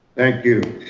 thank you.